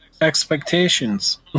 expectations